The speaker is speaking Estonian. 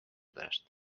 pärast